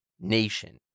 Nation